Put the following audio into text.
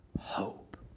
hope